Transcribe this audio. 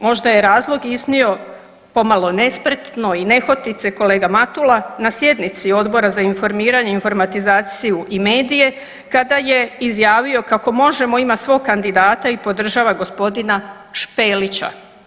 Možda je razlog iznio pomalo nespretno i nehotice kolega Matula na sjednici Odbora za informiranje, informatizaciju i medije kada je izjavio kako Možemo ima svog kandidata i podržava g. Špelića.